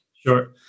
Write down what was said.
sure